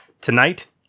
Tonight